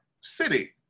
city